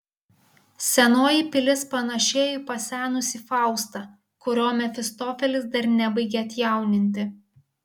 senoji pilis panėšėjo į pasenusį faustą kurio mefistofelis dar nebaigė atjauninti